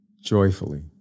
joyfully